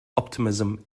optimism